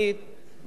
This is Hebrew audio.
מדינת ישראל,